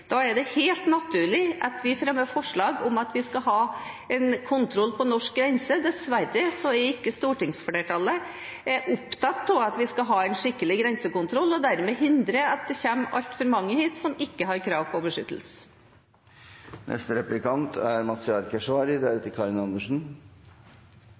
Da er det helt naturlig at vi fremmer forslag om at vi skal ha kontroll på norsk grense. Dessverre er ikke stortingsflertallet opptatt av at vi skal ha en skikkelig grensekontroll, og dermed hindre at det kommer altfor mange hit som ikke har krav på beskyttelse. Senterpartiet er